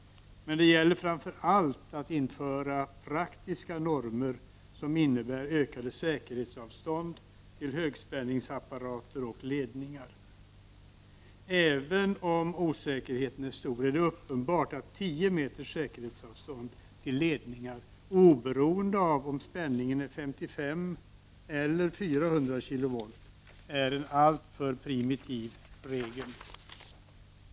Men det gäller framför allt att införa praktiska normer som innebär ökade säkerhetsavstånd till högspänningsapparater och ledningar. Även om osäkerheten är stor är det uppenbart att tio meters säkerhetsavstånd till ledningar, oberoende av om spänningen är 55 eller 400 kilovolt, är en alltför primitiv regel.